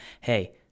hey